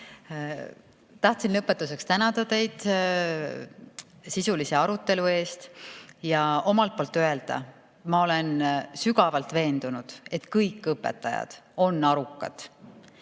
Tahtsin lõpetuseks tänada teid sisulise arutelu eest ja omalt poolt öelda, et ma olen sügavalt veendunud, et kõik õpetajad on arukad.